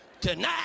Tonight